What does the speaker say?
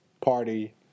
party